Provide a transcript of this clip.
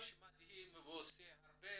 הוא איש מדהים ועושה הרבה,